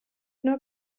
nur